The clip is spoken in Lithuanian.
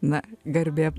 na garbė